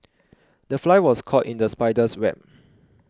the fly was caught in the spider's web